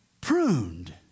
pruned